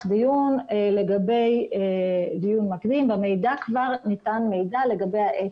דיון מקדים ובמידע כבר ניתן מידע לגבי העץ.